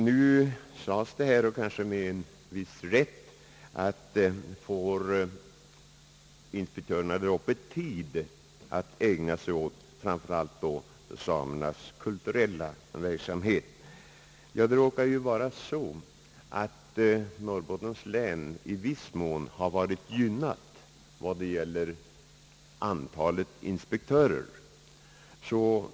Nu frågades det här — kanske med viss rätt — om inspektörerna där uppe får tid att ägna sig åt framför allt samernas kulturella verksamhet. Det råkar ju vara så, att Norrbottens län i viss mån har varit gynnat när det gäller antalet inspektörer.